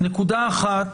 נקודה אחת